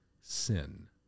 sin